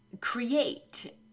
create